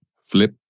Flip